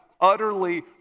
utterly